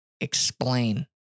explain